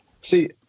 See